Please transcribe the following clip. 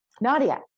Nadia